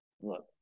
look